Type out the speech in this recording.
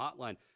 Hotline